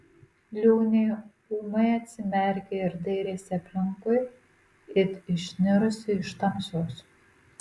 liūnė ūmai atsimerkė ir dairėsi aplinkui it išnirusi iš tamsos